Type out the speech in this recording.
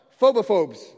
Phobophobes